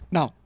Now